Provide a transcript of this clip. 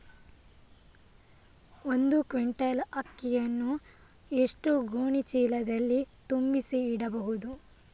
ಒಂದು ಕ್ವಿಂಟಾಲ್ ಅಕ್ಕಿಯನ್ನು ಎಷ್ಟು ಗೋಣಿಚೀಲದಲ್ಲಿ ತುಂಬಿಸಿ ಇಡಬಹುದು?